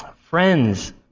friends